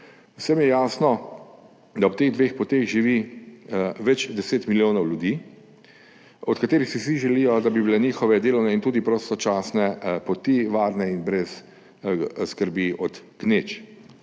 Vsem je jasno, da ob teh dveh poteh živi več deset milijonov ljudi, od katerih si vsi želijo, da bi bile njihove delovne in tudi prostočasne poti varne in brez skrbi glede gneč.